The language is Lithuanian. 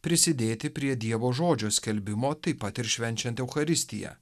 prisidėti prie dievo žodžio skelbimo taip pat ir švenčiant eucharistiją